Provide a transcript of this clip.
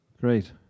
great